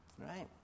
right